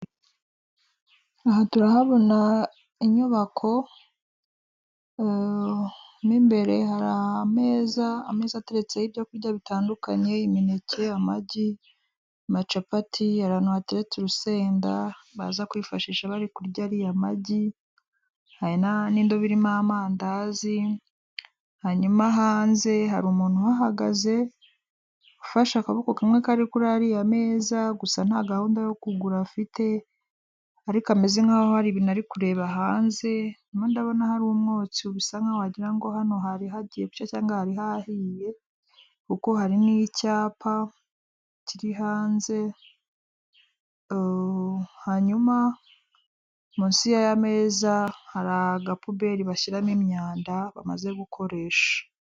Aha turahabona inyubako mu imbere hari ameza ateretseho ibyo kurya bitandukanye imineke ,amagi ,amacapati hari ahantu hateretse urusenda baza kwifashisha bari kurya ariya magi .Hari nindobo zirimo amandazi, hanyuma hanze hari umuntu uhagaze ufashe akaboko kamwe kari kuri ariya meza gusa nta gahunda yo kugura afite ariko ameze nk'aho hari ibintu ari kureba hanze ubu ndabona hari umwotsi usa nkaho wagirango n hano hari hagiye gushya ibyo cyangwa hari hahiye kuko hari n'icyapa kiri hanze hanyuma munsi ya meza hari agapuberi bashyiramo imyanda bamaze gukoresha.